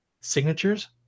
signatures